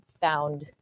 found